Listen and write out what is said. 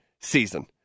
season